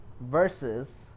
versus